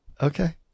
Okay